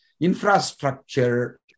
infrastructure